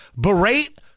berate